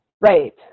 right